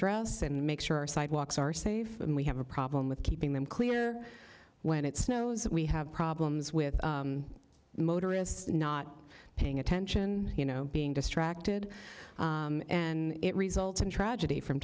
address and make sure sidewalks are safe and we have a problem with keeping them clear when it snows that we have problems with motorists not paying attention you know being distracted and it results in tragedy from